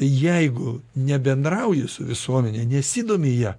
jeigu nebendrauji su visuomene nesidomi ja